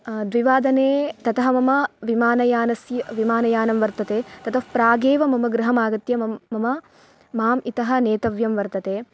द्विवादने ततः मम विमानयानस् विमानयानं वर्तते ततः प्रागेव मम गृहमागत्य मम् मम माम् इतः नेतव्यं वर्तते